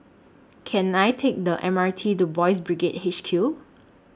Can I Take The M R T to Boys' Brigade H Q